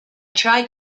tried